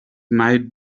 might